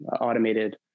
automated